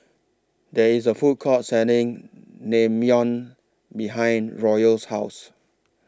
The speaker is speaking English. There IS A Food Court Selling Naengmyeon behind Royal's House